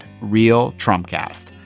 RealTrumpCast